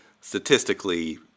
Statistically